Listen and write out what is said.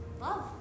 love